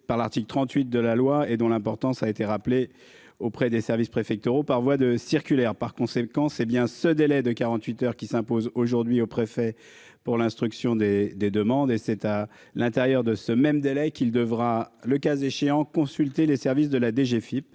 par l'article 38 de la loi et dont l'importance a été rappelé auprès des services préfectoraux, par voie de circulaire par conséquent c'est bien ce délai de 48 heures qui s'impose aujourd'hui au préfet pour l'instruction des des demandes et c'est à l'intérieur de ce même délai qu'il devra, le cas échéant, consultés, les services de la DGFIP